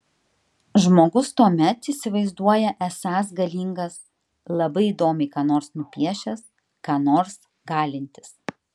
žmogus tuomet įsivaizduoja esąs galingas labai įdomiai ką nors nupiešęs ką nors galintis